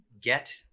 get